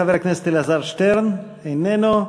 חבר הכנסת אלעזר שטרן, איננו.